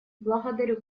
благодарю